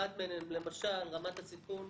אחת מהן למשל היא רמת הסיכון,